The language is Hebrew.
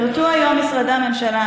פירטו היום משרדי הממשלה.